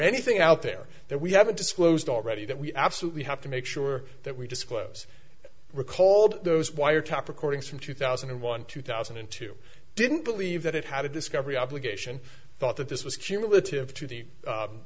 anything out there that we haven't disclosed already that we absolutely have to make sure that we disclose recalled those wiretap recordings from two thousand and one two thousand and two didn't believe that it had a discovery obligation thought that this was cumulative to